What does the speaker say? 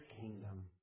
kingdom